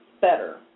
better